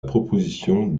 proposition